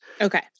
Okay